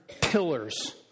pillars